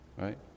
right